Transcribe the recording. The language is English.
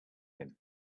him